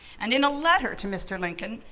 and in a letter to mr. lincoln,